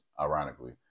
ironically